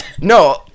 no